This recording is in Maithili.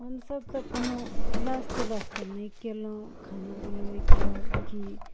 हमसभ तऽ कोनो किलास तिलास तऽ नहि कएलहुँ खाना बनबैके कि